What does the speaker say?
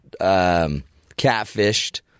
catfished